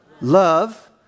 Love